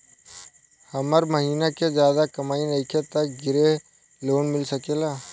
हमर महीना के ज्यादा कमाई नईखे त ग्रिहऽ लोन मिल सकेला?